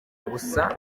busa